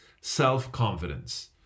self-confidence